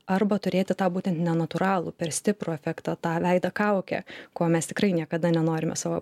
arba turėti tą būtent nenatūralų per stiprų efektą tą veido kaukę ko mes tikrai niekada nenorime savo